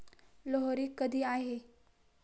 लोहरी कधी आहे?